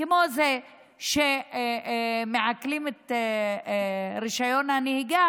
כמו זה שמעקלים את רישיון הנהיגה